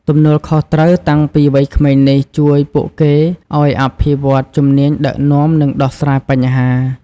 ទំនួលខុសត្រូវតាំងពីវ័យក្មេងនេះ ជួយពួកគេឱ្យអភិវឌ្ឍជំនាញដឹកនាំ និងដោះស្រាយបញ្ហា។